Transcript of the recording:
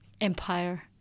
empire